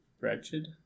Ratchet